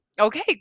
Okay